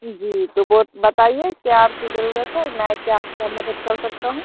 जी तो बोत बताइए क्या आपकी जरूरत है मैं क्या आपका मदद कर सकता हूँ